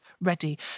ready